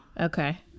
Okay